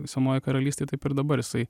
senoj karalystėj taip ir dabar jisai